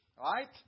Right